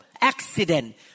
accident